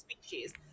species